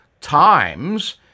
Times